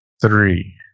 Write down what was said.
three